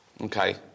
okay